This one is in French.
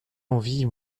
envie